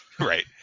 Right